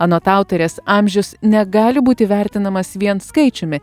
anot autorės amžius negali būti vertinamas vien skaičiumi